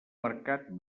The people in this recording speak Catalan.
mercat